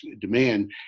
demand